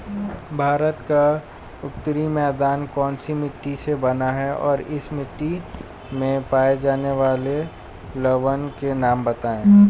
भारत का उत्तरी मैदान कौनसी मिट्टी से बना है और इस मिट्टी में पाए जाने वाले लवण के नाम बताइए?